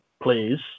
please